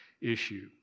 issue